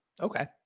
Okay